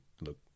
look